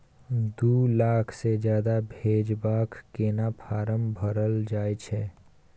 दू लाख से ज्यादा भेजबाक केना फारम भरल जाए छै?